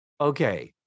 Okay